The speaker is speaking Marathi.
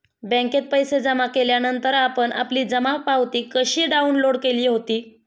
बँकेत पैसे जमा केल्यानंतर आपण आपली जमा पावती कशी डाउनलोड केली होती?